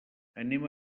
anem